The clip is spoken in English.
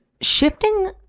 shifting